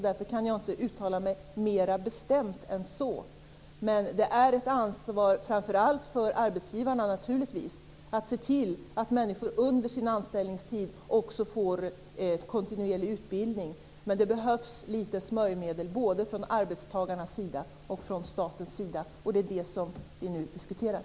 Därför kan jag inte uttala mig mer bestämt än så. Det är naturligtvis ett ansvar framför allt för arbetsgivarna att se till att människor under deras anställningstid får kontinuerlig utbildning. Men det behövs litet smörjmedel både från arbetstagarnas sida och från statens sida, och det är det som vi nu diskuterar.